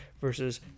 versus